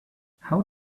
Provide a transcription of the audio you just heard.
how